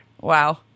Wow